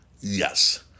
yes